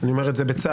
אני אומר את זה בצער,